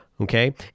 okay